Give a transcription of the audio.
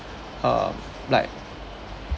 uh like